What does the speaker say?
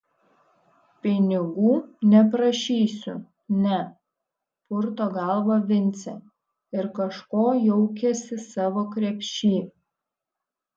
pinigų neprašysiu ne purto galvą vincė ir kažko jaukiasi savo krepšy